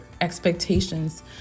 expectations